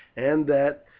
and that,